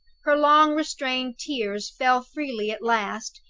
her long-restrained tears fell freely at last,